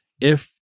If-